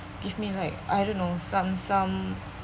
give me like I don't know some some